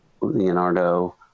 Leonardo